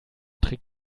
trick